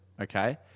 okay